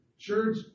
Church